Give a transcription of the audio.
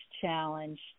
challenge